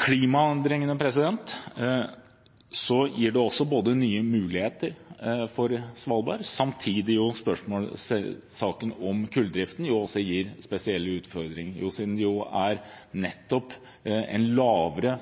Klimaendringene gir også nye muligheter for Svalbard, samtidig som saken om kulldriften gir spesielle utfordringer, siden det nettopp er en lavere